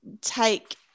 take